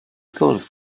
gwrdd